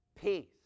Peace